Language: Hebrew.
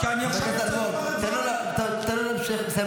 כי אני עכשיו רוצה לומר את דברי.